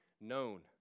known